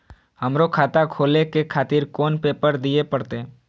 हमरो खाता खोले के खातिर कोन पेपर दीये परतें?